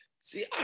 See